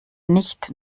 nicht